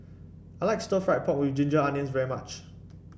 I like Stir Fried Pork with Ginger Onions very much